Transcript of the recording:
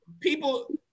people